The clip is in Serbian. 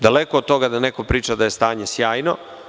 Daleko od toga da neko priča da je stanje sjajno.